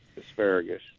asparagus